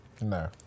No